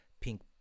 pink